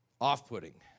off-putting